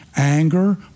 anger